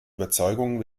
überzeugungen